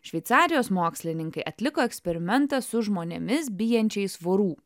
šveicarijos mokslininkai atliko eksperimentą su žmonėmis bijančiais vorų